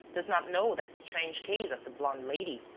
does not know that strange case of the blonde lady,